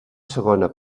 segona